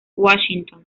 washington